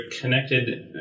connected